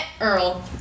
Earl